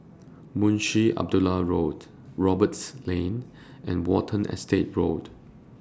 Munshi Abdullah Walk Roberts Lane and Watten Estate Road